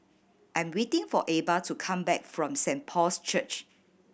I'm waiting for Ebba to come back from Saint Paul's Church